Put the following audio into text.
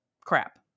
crap